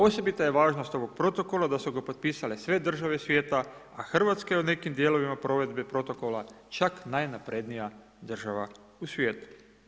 Osobita je važnost ovog Protokola da su ga potpisale sve države svijeta, a Hrvatska je u nekim dijelovima provedbe protokola čak najnaprednija država u svijetu.